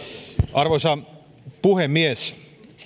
arvoisa puhemies